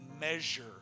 measure